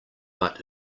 but